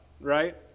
right